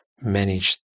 manage